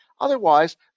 Otherwise